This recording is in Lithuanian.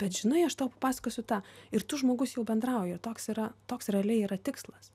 bet žinai aš tau papasakosiu tą ir tu žmogus jau bendrauji ir toks yra toks realiai yra tikslas